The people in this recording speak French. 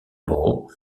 bowl